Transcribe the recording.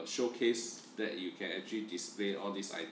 a showcase that you can actually display all these items